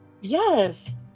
Yes